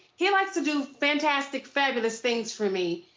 he likes to do fantastic fabulous things for me.